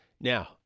Now